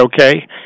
okay